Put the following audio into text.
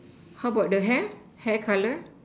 how about the hair hair color